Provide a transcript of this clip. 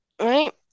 Right